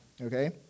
okay